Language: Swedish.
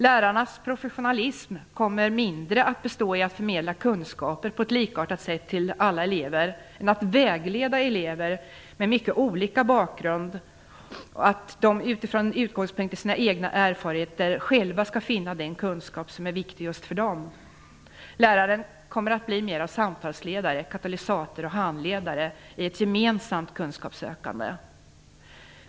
Lärarnas professionalism kommer mindre att bestå i att förmedla kunskaper på ett likartat sätt till alla elever och mer i att vägleda elever med mycket olika bakgrund, så att de med utgångspunkt från sina egna erfarenheter själva skall finna den kunskap som är viktig just för dem. Läraren kommer att bli mer av samtalslärare, katalysator och handledare i ett gemensamt kunskapssökande.